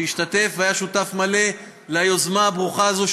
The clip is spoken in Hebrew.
שהשתתף והיה שותף מלא ליוזמה הברוכה הזאת,